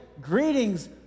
greetings